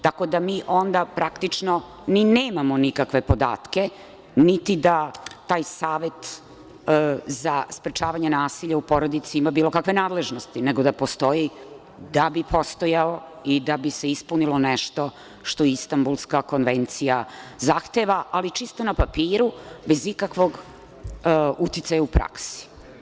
Tako da mi onda praktično i nemamo nikakve podatke, niti da taj Savet za sprečavanje nasilja u porodici ima bilo kakve nadležnosti, nego da postoji da bi postojalo i da bi se ispunilo nešto što Istambulska konvencija zahteva, ali čisto na papiru bez ikakvog uticaja u praksi.